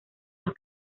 los